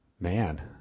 Man